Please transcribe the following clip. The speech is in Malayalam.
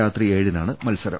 രാത്രി ഏഴി നാണ് മത്സരം